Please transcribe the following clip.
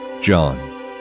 John